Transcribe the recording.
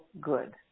good